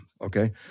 Okay